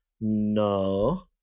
No